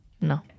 no